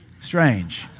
strange